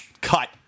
Cut